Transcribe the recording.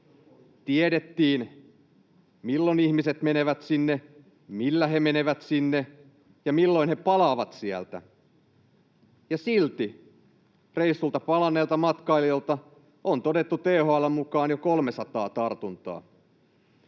Tiedettiin, milloin ihmiset menevät sinne, millä he menevät sinne ja milloin he palaavat sieltä, ja silti reissulta palanneilta matkailijoilta on todettu THL:n mukaan jo 300 tartuntaa.